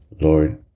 Lord